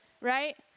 right